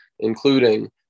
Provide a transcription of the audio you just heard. including